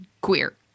queer